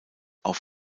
auf